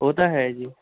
ਉਹ ਤਾਂ ਹੈ ਜੀ